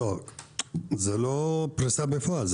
זאת לא פריסה בפועל.